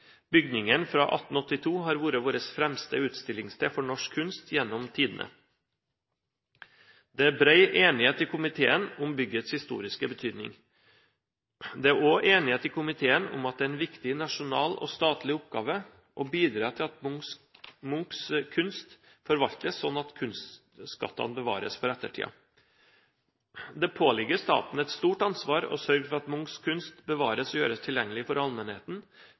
Bygningen, fra 1882, har vært vårt fremste utstillingssted for norsk kunst gjennom tidene. Det er bred enighet i komiteen om byggets historiske betydning. Det er også enighet i komiteen om at det er en viktig nasjonal og statlig oppgave å bidra til at Munchs kunst forvaltes sånn at kunstskattene bevares for ettertiden. Det påligger staten et stort ansvar å sørge for at Munchs kunst bevares og gjøres tilgjengelig for allmennheten